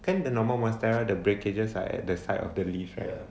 then the normal monastery the breakages are at the side of the leaves right